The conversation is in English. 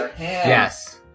yes